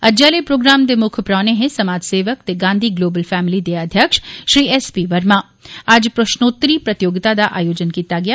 अज्जै आले प्रोग्राम दे मुक्ख परौह्ने हे समाज सेवक ते गांधी ग्लोबल फैमली दे अध्यक्ष श्री एस पी वर्मा अज्ज प्रश्नोत्तरी प्रतियोगिता दा आयोजन कीता गेआ